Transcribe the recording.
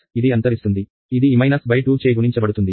ఇది e tτ చే గుణించబడుతుంది